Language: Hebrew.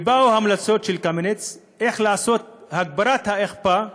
ובאו ההמלצות של קמיניץ איך לעשות הגברת אכיפה אצל,